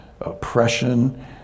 oppression